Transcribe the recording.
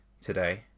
today